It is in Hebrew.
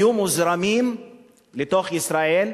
היו מוזרמים לתוך ישראל,